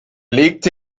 legte